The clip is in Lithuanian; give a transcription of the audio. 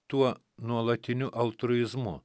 tuo nuolatiniu altruizmu